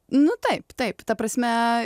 nu taip taip ta prasme